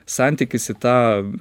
santykis į tą